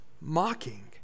mocking